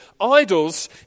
idols